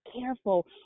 careful